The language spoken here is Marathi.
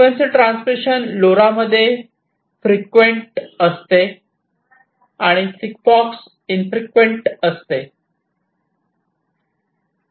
फ्रिक्वेन्सी ट्रान्समिशन लोरा मध्ये फ्रीक्विंट असते आणि सिगफॉक्स इनफ्रीक्विंट असते